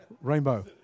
Rainbow